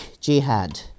Jihad